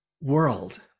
world